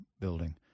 building